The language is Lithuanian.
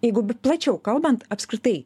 jeigu plačiau kalbant apskritai